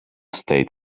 state